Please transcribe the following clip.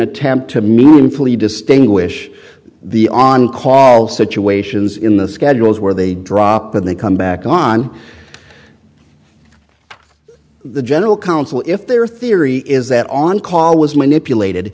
attempt to me distinguish the on call situations in the schedules where they drop when they come back on the general counsel if their theory is that on call was manipulated